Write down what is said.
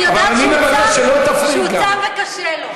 אני יודעת שהוא צם וקשה לו.